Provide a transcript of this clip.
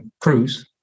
cruise